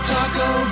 Taco